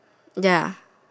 ya